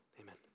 Amen